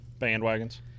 Bandwagons